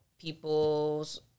people's